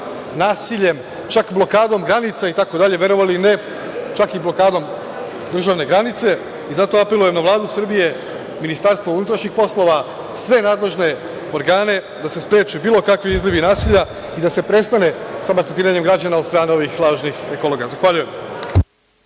nasiljem, čak blokadom granica, verovali ili ne, čak i blokadom državne granice. Zato apelujem na Vladu Srbije, Ministarstvo unutrašnjih poslova, sve nadležne organe, da se spreče bilo kakvi izlivi nasilja i da se prestane sa maltretiranjem građana od strane ovih lažnih ekologa. Zahvaljujem.